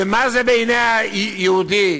ומה זה בעיניה יהודי,